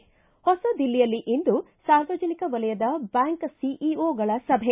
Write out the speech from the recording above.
ಿ ಹೊಸ ದಿಲ್ಲಿಯಲ್ಲಿ ಇಂದು ಸಾರ್ವಜನಿಕ ವಲಯದ ಬ್ಯಾಂಕ್ ಸಿಇಒಗಳ ಸಭೆ